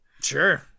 Sure